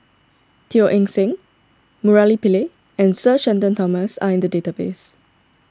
Teo Eng Seng Murali Pillai and Sir Shenton Thomas are in the database